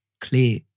clear